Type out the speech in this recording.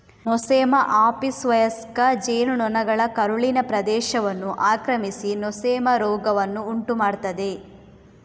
Nosema ಆಪಿಸ್ವಯಸ್ಕ ಜೇನು ನೊಣಗಳ ಕರುಳಿನ ಪ್ರದೇಶವನ್ನು ಆಕ್ರಮಿಸಿ ನೊಸೆಮಾ ರೋಗವನ್ನು ಉಂಟು ಮಾಡ್ತದೆ